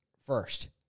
First